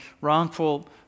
wrongful